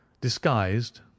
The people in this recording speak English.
Disguised